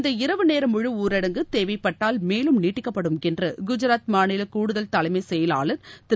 இந்த இரவு நேர முழு ஊரடங்கு தேவைப்பட்டால் மேலும் நீட்டிக்கப்படும் என்று குஜராத் மாநில கூடுதல் தலைமை செயலாளர் திரு